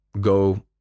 go